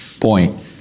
point